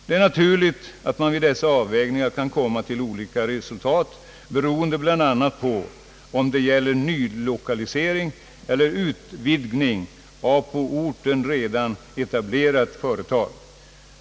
Det är naturligt att man vid dessa avvägningar kan komma till olika resultat beroende bl.a. på om det gäller nylokalisering eller utvidgning av på orten redan etablerat företag.